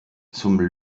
zum